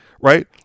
right